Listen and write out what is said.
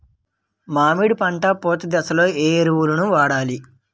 మామిడి పంట పూత దశలో ఏ ఎరువులను వాడాలి?